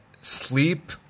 sleep